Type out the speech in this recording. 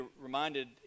reminded